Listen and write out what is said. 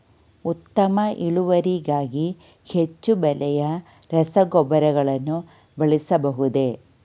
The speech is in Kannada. ಉತ್ತಮ ಇಳುವರಿಗಾಗಿ ಹೆಚ್ಚು ಬೆಲೆಯ ರಸಗೊಬ್ಬರಗಳನ್ನು ಬಳಸಬಹುದೇ?